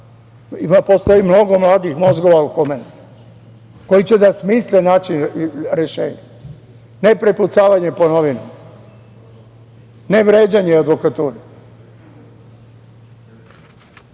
postoji mnogo mladih mozgova koji će da smisle način i rešenje. Ne prepucavanje po novinama, ne vređanje advokature.